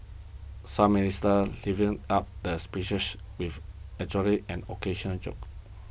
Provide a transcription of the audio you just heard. some ministers livened up the speeches with actually and occasional joke